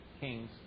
Kings